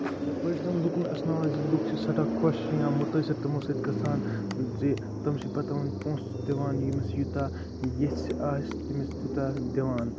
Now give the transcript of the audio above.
یِتھ پٲٹھۍ زَن لُکَن اَسناوان زِ لُکھ چھِ سٮ۪ٹھاہ خۄش یا مُتٲثر تِمَو سۭتۍ گژھان زِ تِم چھِ پَتہٕ تِمَن پونٛسہٕ دِوان ییٚمِس یوٗتاہ یژھہِ آسہِ تٔمِس تیوٗتاہ دِوان